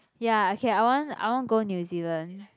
ya okay I want I want go New-Zealand